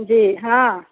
जी हँ